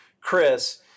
Chris